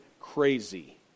crazy